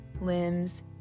limbs